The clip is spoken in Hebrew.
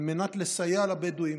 על מנת לסייע לבדואים